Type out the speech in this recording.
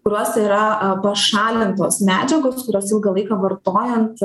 kuriuose yra pašalintos medžiagos kurios ilgą laiką vartojant